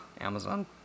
Amazon